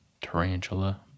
tarantula